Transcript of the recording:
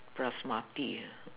basmati ah